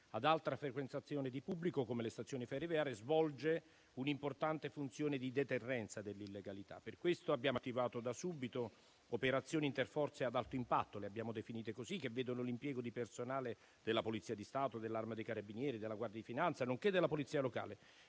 ad alta frequentazione di pubblico, come le stazioni ferroviarie, svolge una importante funzione di deterrenza dell'illegalità. Per questo abbiamo attivato da subito operazioni interforze ad alto impatto - le abbiamo definite così - che vedono l'impiego di personale della Polizia di Stato, dell'Arma dei carabinieri, della Guardia di finanza, nonché della Polizia locale